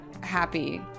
happy